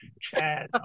Chad